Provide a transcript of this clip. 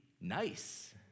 nice